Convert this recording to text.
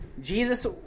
Jesus